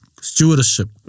stewardship